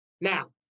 Now